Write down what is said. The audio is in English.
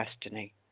destiny